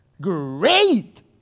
great